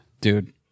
dude